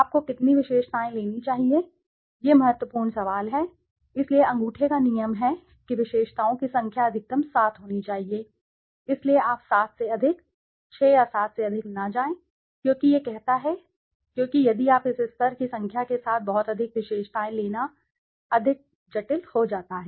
आपको कितनी विशेषताएँ लेनी चाहिए यह महत्वपूर्ण सवाल है इसलिए अंगूठे का नियम है कि विशेषताओं की संख्या अधिकतम 7 होनी चाहिए इसलिए आप 7 से अधिक 6 या 7 से अधिक न जाएं क्योंकि यह कहता है क्योंकि यदि आप इस स्तर की संख्या के साथ बहुत अधिक विशेषताएँ लेना अधिक जटिल हो जाता है